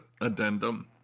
addendum